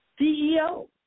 CEO